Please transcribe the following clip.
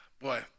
boy